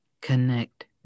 Connect